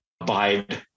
abide